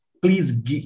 Please